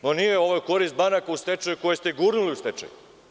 Nije, ovo je u korist banaka u stečaju koje ste gurnuli u stečaj.